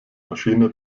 maschine